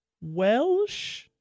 Welsh